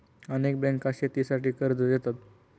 अनेक बँका शेतीसाठी कर्ज देतात